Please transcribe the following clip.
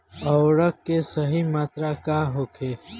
उर्वरक के सही मात्रा का होखे?